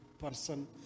person